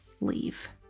leave